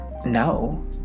no